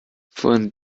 von